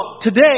today